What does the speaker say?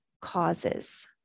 causes